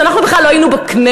כשאנחנו בכלל לא היינו בכנסת.